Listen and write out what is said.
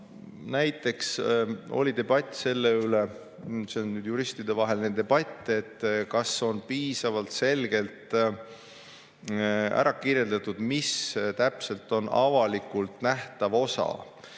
näiteks oli debatt selle üle – see on nüüd juristidevaheline debatt –, kas on piisavalt selgelt ära kirjeldatud, mis täpselt on avalikult nähtav osa.